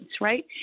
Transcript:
right